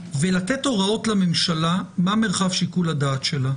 ולתת הוראות לממשלה מה מרחב שיקול דעתה.